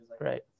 right